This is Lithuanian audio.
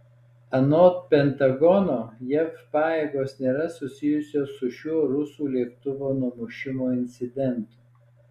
anot pentagono jav pajėgos nėra susijusios su šiuo rusų lėktuvo numušimo incidentu